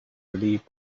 relieved